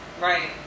Right